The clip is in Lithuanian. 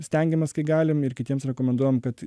stengiamės kiek galim ir kitiems rekomenduojam kad